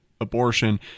abortion